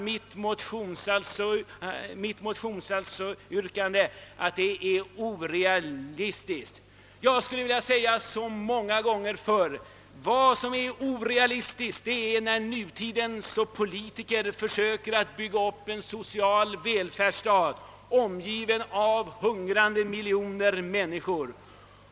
Utskottet skriver att mitt motionsyrkande är orealistiskt, men jag säger som så många gånger förr: Vad som är orealistiskt är att nutidens politiker försöker bygga upp en social välfärdsstat — omgiven av miljoner hungrande människor.